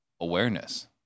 awareness